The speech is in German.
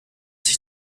sich